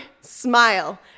smile